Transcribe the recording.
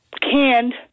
canned